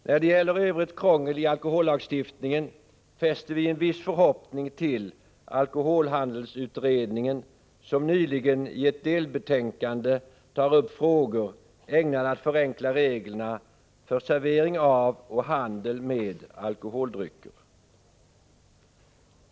När det gäller övrigt krångel i alkohollagstiftningen fäster vi en viss förhoppning till alkoholhandelsutredningen, som nyligen i ett delbetänkande tog upp frågor ägnade att förenkla reglerna för servering av och handel med alkoholdrycker.